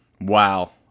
Wow